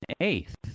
eighth